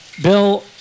Bill